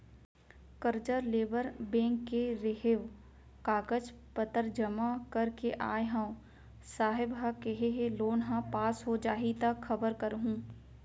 करजा लेबर बेंक गे रेहेंव, कागज पतर जमा कर के आय हँव, साहेब ह केहे हे लोन ह पास हो जाही त खबर करहूँ